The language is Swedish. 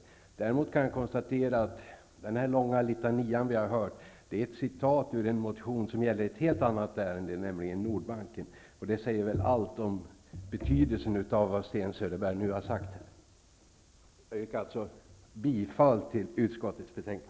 Jag kan däremot konstatera att den långa litania som vi har hört är ett utdrag från en motion som gäller ett helt annat ärende, nämligen Nordbanken. Det säger väl allt om betydelsen av vad Sten Söderberg nu har sagt. Jag yrkar bifall till hemställan i utskottets betänkande.